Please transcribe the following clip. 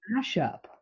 mashup